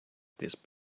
this